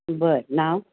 बरं नाव